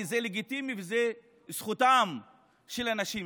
כי זה לגיטימי וזו זכותן של הנשים.